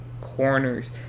corners